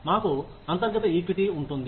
మాకు అంతర్గత ఈక్విటీ ఉంది